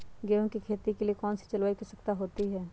गेंहू की खेती के लिए कौन सी जलवायु की आवश्यकता होती है?